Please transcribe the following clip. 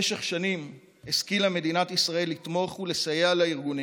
במשך שנים השכילה מדינת ישראל לתמוך בארגונים